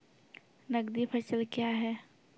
नगदी फसल क्या हैं?